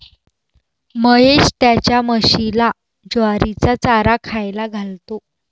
महेश त्याच्या म्हशीला ज्वारीचा चारा खायला घालतो